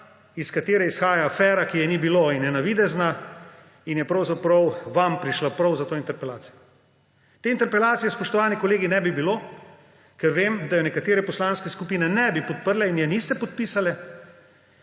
iz katere izhaja afera, ki je ne bilo in je navidezna in je pravzaprav vam prišla prav za to interpelacijo. Te interpelacije, spoštovani kolegi, ne bi bilo, ker vem, da jo nekatere poslanske skupine ne bi podprle in je niste podpisale,